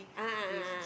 a'ah a'ah a'ah